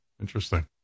Interesting